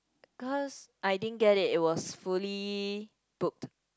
because I didn't get it it was fully booked